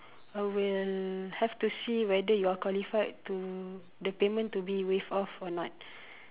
I will have to see whether you are qualified to the payment to be waived off or not